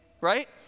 right